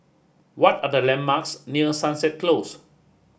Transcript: what are the landmarks near Sunset Close